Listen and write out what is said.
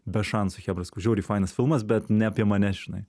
be šansų chebra sakau žiauriai fainas filmas bet ne apie mane žinai